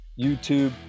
YouTube